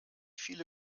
viele